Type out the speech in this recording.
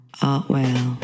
Artwell